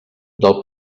del